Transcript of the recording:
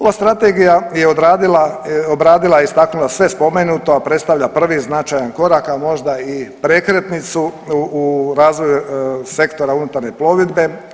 Ova strategija je obradila i istaknula sve spomenuto, a predstavlja prvi značajan korak, a možda i prekretnicu u razvoju Sektora unutarnje plovidbe.